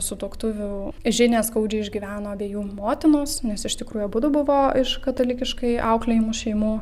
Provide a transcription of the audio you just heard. sutuoktuvių žinią skaudžiai išgyveno abiejų motinos nes iš tikrųjų abudu buvo iš katalikiškai auklėjamų šeimų